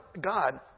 God